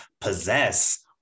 possess